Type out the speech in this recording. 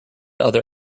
other